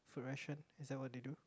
food ration is that what they do